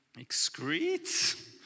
excrete